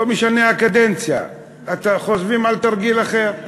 לא משנה הקדנציה, חושבים על תרגיל אחר.